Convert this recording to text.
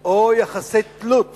או יחסי תלות